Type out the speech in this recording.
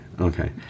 Okay